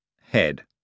head